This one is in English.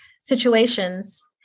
situations